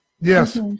Yes